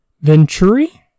Venturi